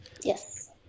Yes